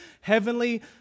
heavenly